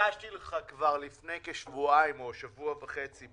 הגשתי לך בקשה כבר לפני כשבועיים או שבוע וחצי,